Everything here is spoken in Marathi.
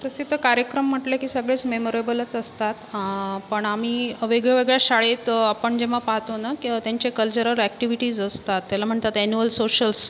तसे तर कार्यक्रम म्हटले की सगळेच मेमरेबलच असतात पण आम्ही वेगळ्या वेगळ्या शाळेत आपण जेव्हा पाहतो ना तेव्हा त्यांच्या कल्चरल अॅक्टिव्हिटीज असतात त्याला म्हणतात अॅनुअल सोशल्स